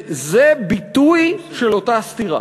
זה ביטוי של אותה הסתירה,